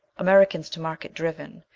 americans to market driven,